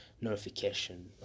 notification